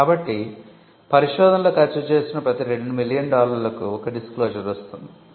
కాబట్టి పరిశోధనలో ఖర్చు చేసిన ప్రతి 2 మిలియన్ డాలర్లకు ఒక డిస్క్లోషర్ వస్తుంది